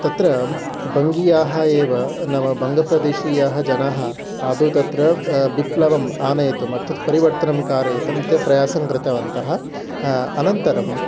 तत्र बङ्गीयाः एव नाम बङ्गप्रदेशीयाः जनाः आदौ तत्र विप्लवम् आनयितं अर्त् परिवर्तनं कारयितं ते प्रयासं कृतवन्तः अनन्तरम्